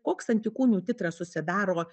koks antikūnių titras susidaro